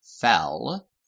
fell